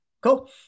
Cool